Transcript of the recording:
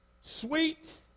sweet